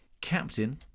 Captain